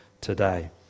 today